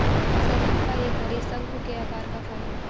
शरीफा एक हरे, शंकु के आकार का फल है